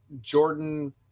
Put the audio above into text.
Jordan